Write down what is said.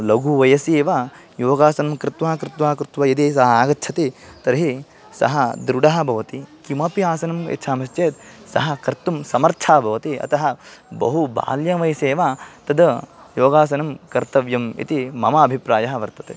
लघु वयसि एव योगासनं कृत्वा कृत्वा कृत्वा यदि सः आगच्छति तर्हि सः दृढः भवति किमपि आसनं यच्छामश्चेत् सः कर्तुं समर्थः भवति अतः बहु बाल्यवयसि एव तद् योगासनं कर्तव्यम् इति मम अभिप्रायः वर्तते